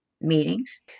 meetings